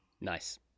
Nice